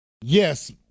yes